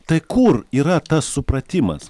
tai kur yra tas supratimas